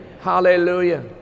Hallelujah